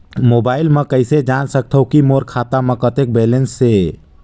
Mobile म कइसे जान सकथव कि मोर खाता म कतेक बैलेंस से?